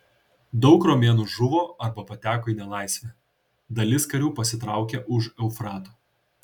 daug romėnų žuvo arba pateko į nelaisvę dalis karių pasitraukė už eufrato